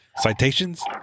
Citations